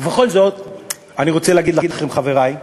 ובכל זאת אני רוצה להגיד לכם, חברי,